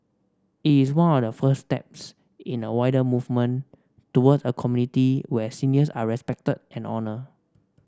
it is one of the first steps in a wider movement towards a community where seniors are respected and honoured